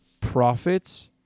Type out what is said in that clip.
profits